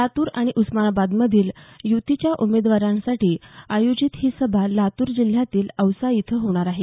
लातूर आणि उस्मानाबादमधील युतीच्या उमेदवारांसाठी आयोजित ही सभा लातूर जिल्ह्यातील औसा इथं होणार आहे